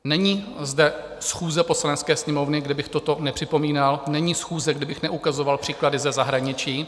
Není zde schůze Poslanecké sněmovny, kde bych toto nepřipomínal, není schůze, kdy bych neukazoval příklady ze zahraničí.